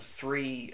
three